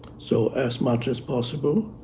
so, as much as possible,